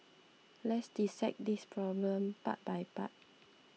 let's dissect this problem part by part